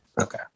Okay